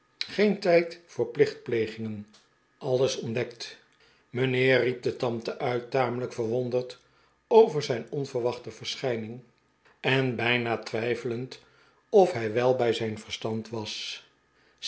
geen tijd voor plichtplegingen alles ontdektl mijnheeri riep de tante uit tamelijk verwonderd over zijn onverwachte verschijning en bijna twijfelend of hij wel bij zijn verstand was